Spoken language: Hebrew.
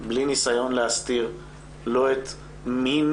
בלי ניסיון להסתיר לא את מין